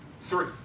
Three